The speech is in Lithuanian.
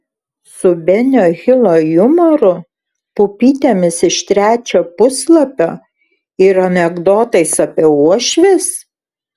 su benio hilo jumoru pupytėmis iš trečio puslapio ir anekdotais apie uošves